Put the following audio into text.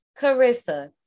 Carissa